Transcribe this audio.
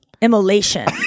Immolation